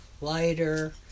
lighter